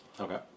Okay